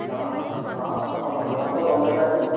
ହଁ ହଁ ସବୁ ସମାନ ହବ ଭଲ ଦେଖାଯିବ